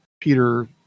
Peter